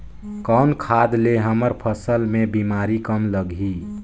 कौन खाद ले हमर फसल मे बीमारी कम लगही?